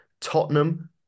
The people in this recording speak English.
Tottenham